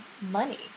money